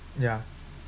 ya